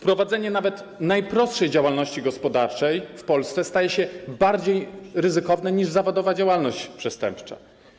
Prowadzenie nawet najprostszej działalności gospodarczej w Polsce staje się bardziej ryzykowne niż zawodowa działalność przestępcza.